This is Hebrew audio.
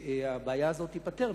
שהבעיה הזאת תיפתר?